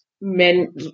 men